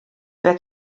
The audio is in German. wer